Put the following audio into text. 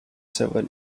seven